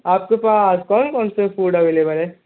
آپ کے پاس کون کون سے فوڈ اویلبل ہیں